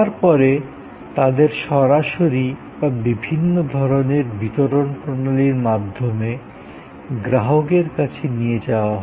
তারপরে তাদের সরাসরি বা বিভিন্ন ধরণের বিতরণের প্রণালীর মাধ্যমে গ্রাহকের কাছে নিয়ে যাওয়া হয়